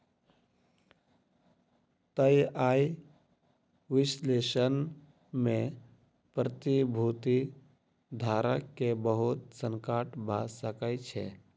तय आय विश्लेषण में प्रतिभूति धारक के बहुत संकट भ सकै छै